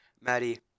Maddie